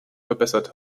verbessert